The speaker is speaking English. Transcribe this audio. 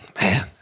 man